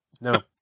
No